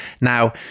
Now